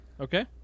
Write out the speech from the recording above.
Okay